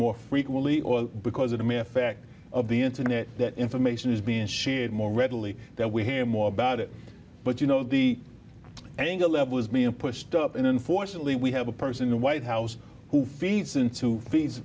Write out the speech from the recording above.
more frequently or because it may affect of the internet that information is being shared more readily that we hear more about it but you know the anger level is being pushed up and unfortunately we have a person in the white house who feeds into fee